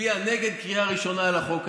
הצביעה נגד קריאה ראשונה על החוק הזה,